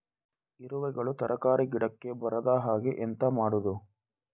ಇರುವೆಗಳು ತರಕಾರಿ ಗಿಡಕ್ಕೆ ಬರದ ಹಾಗೆ ಎಂತ ಮಾಡುದು?